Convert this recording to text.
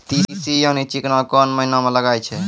तीसी यानि चिकना कोन महिना म लगाय छै?